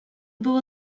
było